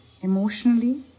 emotionally